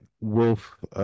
Wolf